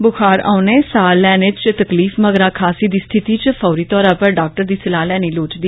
ब्खार आने सां लैने च तकलीफ मगरा खांसी दी स्थिति च फौरी तौरा पर डाक्टर दी सलाह लैनी लोढ़चदी